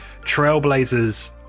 trailblazers